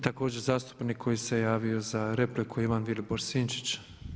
Također zastupnik koji se javio za repliku, Ivan Vilibor Sinčić.